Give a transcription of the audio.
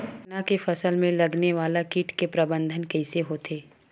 चना के फसल में लगने वाला कीट के प्रबंधन कइसे होथे?